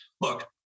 look